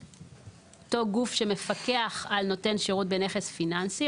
אותו גוף שמפקח על נותן שירות בנכס פיננסי"